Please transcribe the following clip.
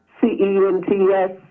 C-E-N-T-S